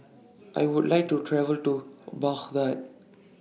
I Would like to travel to Baghdad